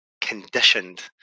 conditioned